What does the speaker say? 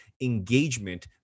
engagement